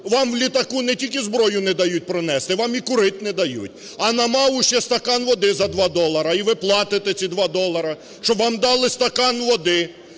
Вам у літаку не тільки зброю не дають пронести, вам і курить не дають. А на МАУ ще стакан води за 2 долара. І ви платите ці 2 долара, щоб вам дали стакан води.